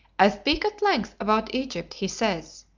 i speak at length about egypt, he says,